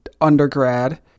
undergrad